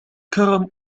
كرم